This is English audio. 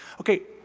ok.